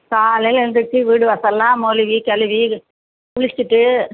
காலையில் எழுந்திரிச்சி வீடு வாசலெல்லாம் மொழுவி கழுவி குளிச்சுட்டு